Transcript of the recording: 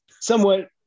Somewhat